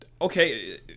okay